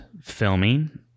filming